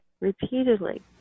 repeatedly